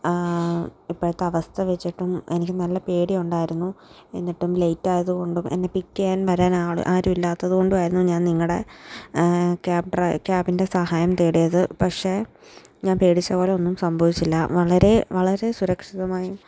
ഇപ്പോഴത്തെ അവസ്ഥ വെച്ചിട്ടും എനിക്ക് നല്ല പേടി ഉണ്ടായിരുന്നു എന്നിട്ടും ലേറ്റ് ആയതുകൊണ്ടും എന്നെ പിക്ക് ചെയ്യാൻ വരാൻ ആളു ആരും ഇല്ലാത്തതുകൊണ്ടും ആയിരുന്നു ഞാൻ നിങ്ങളുടെ ക്യാബ് ക്യാബിൻ്റെ സഹായം തേടിയത് പക്ഷേ ഞാൻ പേടിച്ച പോലെ ഒന്നും സംഭവിച്ചില്ല വളരെ വളരെ സുരക്ഷിതമായി